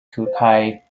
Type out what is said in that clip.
türkei